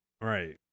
Right